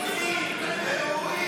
תומכי טרור,